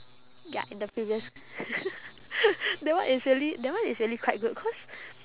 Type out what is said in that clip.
ya in the previous that one is really that one is really quite good cause